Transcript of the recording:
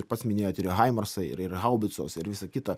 ir pats minėjot ir haimarsai ir ir haubicos ir visa kita